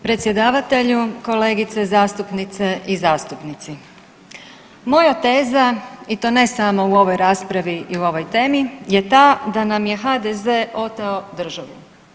Predsjedavatelju, kolegice zastupnice i zastupnici, moja teza i to ne samo u ovoj raspravi i ovoj temi je ta da nam je HDZ oteo državu.